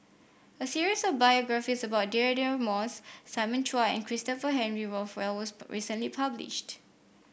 a series of biographies about Deirdre Moss Simon Chua and Christopher Henry Rothwell was recently published